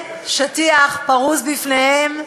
בשטיח פרוש בפניהם,